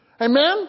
Amen